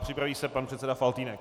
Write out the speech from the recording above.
Připraví se pan předseda Faltýnek.